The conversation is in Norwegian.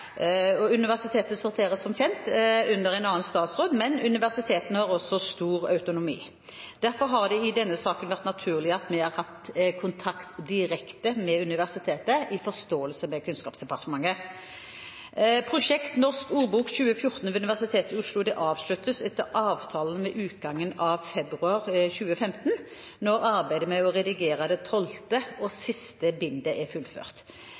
Universitetet sorterer som kjent under en annen statsråd, men universitetene har også stor autonomi. Derfor har det i denne saken vært naturlig at vi har hatt kontakt direkte med universitetet, i forståelse med Kunnskapsdepartementet. Prosjektet Norsk Ordbok 2014 ved Universitetet i Oslo avsluttes etter avtalen ved utgangen av februar 2015 når arbeidet med å redigere det tolvte og siste bindet er fullført.